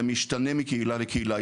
זה משתנה מקהילה לקהילה.